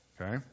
okay